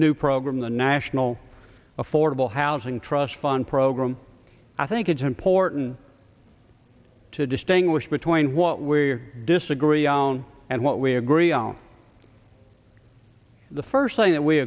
new program the national affordable housing trust fund program i think it's important to distinguish between what we are disagree on and what we agree on the first thing that we